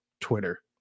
Twitter